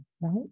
right